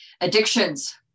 Addictions